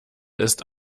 ist